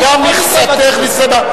לא נהגתם אחרת.